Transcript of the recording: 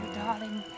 darling